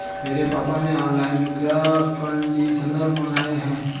मेरे पापा ने ऑनलाइन मृदा कंडीशनर मंगाए हैं